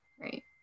Right